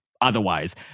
otherwise